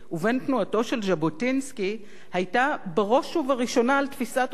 של ז'בוטינסקי היתה בראש ובראשונה על תפיסת עולם כלכלית.